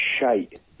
shite